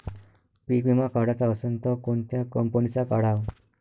पीक विमा काढाचा असन त कोनत्या कंपनीचा काढाव?